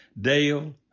Dale